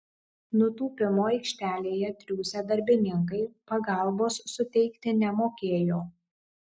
nutūpimo aikštelėje triūsę darbininkai pagalbos suteikti nemokėjo